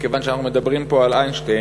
כיוון שאנחנו מדברים פה על איינשטיין,